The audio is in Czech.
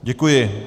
Děkuji.